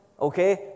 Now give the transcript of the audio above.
Okay